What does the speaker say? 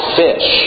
fish